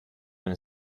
been